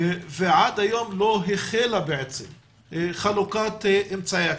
ועד היום לא החלה חלוקת אמצעי הקצה.